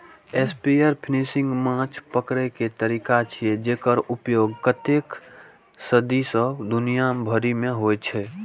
spearfishing माछ पकड़ै के तरीका छियै, जेकर उपयोग कतेको सदी सं दुनिया भरि मे होइ छै